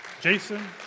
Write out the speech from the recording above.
jason